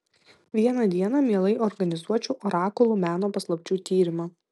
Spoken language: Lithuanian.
vieną dieną mielai organizuočiau orakulų meno paslapčių tyrimą